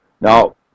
Now